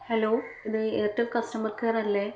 hello ഇത് Airtel customer care അല്ലേ